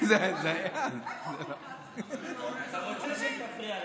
אתה רוצה שהיא תפריע לך.